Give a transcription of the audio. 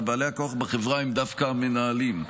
ובעלי הכוח בחברה הם דווקא המנהלים.